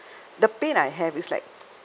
the pain I have is like